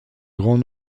grand